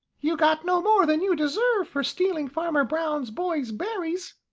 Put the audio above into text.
you got no more than you deserve for stealing farmer brown's boy's berries,